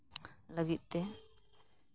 ᱞᱟᱹᱜᱤᱫ ᱛᱮ